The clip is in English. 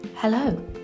Hello